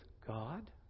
God